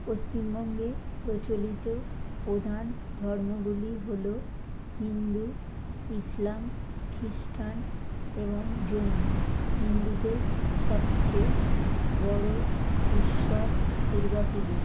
পশ্চিমবঙ্গে প্রচলিত প্রধান ধর্মগুলি হল হিন্দু ইসলাম খ্রিস্টান এবং জৈন হিন্দুদের সবচেয়ে বড় উৎসব দুর্গা পুজো